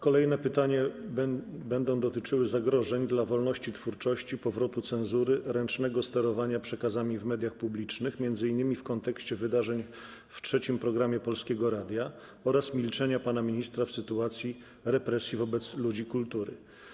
Kolejne pytanie będzie dotyczyło zagrożeń dla wolności twórczości, powrotu cenzury i ręcznego sterowania przekazami w mediach publicznych, m.in. w kontekście wydarzeń w Programie 3 Polskiego Radia oraz milczenia pana ministra w sytuacji represji wobec ludzi kultury.